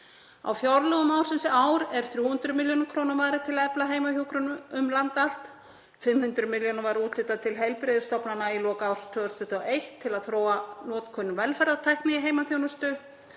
Á fjárlögum ársins í ár er 300 millj. kr. varið til að efla heimahjúkrun um land allt. 500 milljónum var úthlutað til heilbrigðisstofnana í lok árs 2021 til að þróa notkun velferðartækni í heimaþjónustu.